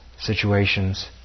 situations